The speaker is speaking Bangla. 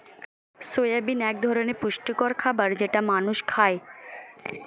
সয়াবিন এক ধরনের পুষ্টিকর খাবার যেটা মানুষ খায়